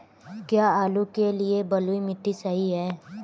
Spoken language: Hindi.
क्या आलू के लिए बलुई मिट्टी सही है?